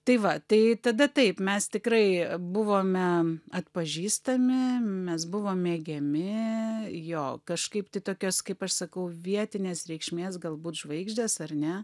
tai va tai tada taip mes tikrai buvome atpažįstami mes buvom mėgiami jo kažkaip tokios kaip aš sakau vietinės reikšmės galbūt žvaigždės ar ne